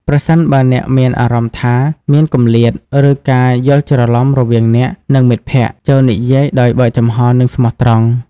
ប្រសិនបើអ្នកមានអារម្មណ៍ថាមានគម្លាត ឬការយល់ច្រឡំរវាងអ្នក និងមិត្តភក្តិ ចូរនិយាយដោយបើកចំហរ និងស្មោះត្រង់។